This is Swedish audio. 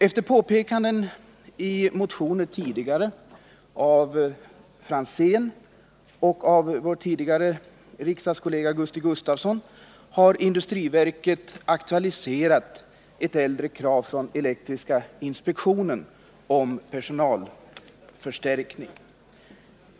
Efter påpekanden i tidigare motioner av Tommy Franzén och vår förre riksdagskollega Gusti Gustavsson har industriverket aktualiserat ett gammalt krav från elektriska inspektionen om personalförstärkning.